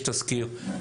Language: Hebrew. יש תזכיר,